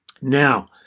Now